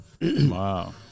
Wow